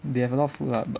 they have a lot of food lah